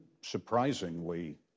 surprisingly